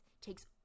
takes